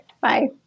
Bye